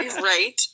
Right